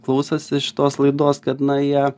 klausosi šitos laidos kad na jie